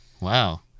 Wow